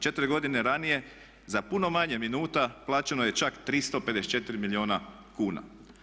4 godine ranije za puno manje minuta plaćeno je čak 354 milijuna kuna.